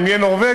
אם נהיה נורבגיה,